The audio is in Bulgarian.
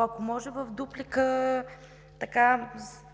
Ако може в дуплика с